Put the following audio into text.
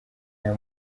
ayo